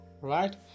right